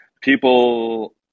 people